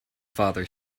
father